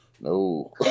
no